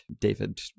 David